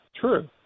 True